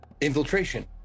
infiltration